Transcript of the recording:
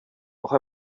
noch